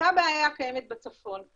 אותה בעיה קיימת בצפון.